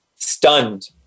Stunned